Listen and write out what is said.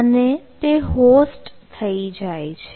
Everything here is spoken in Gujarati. અને તે હોસ્ટ થઈ જાય છે